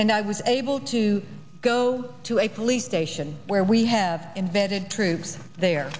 and i was able to go to a police station where we have invested troops there